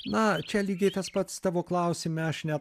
na čia lygiai tas pats tavo klausime aš ne